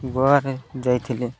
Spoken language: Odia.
ଗୋଆରେ ଯାଇଥିଲି